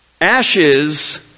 ashes